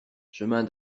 chemin